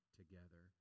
together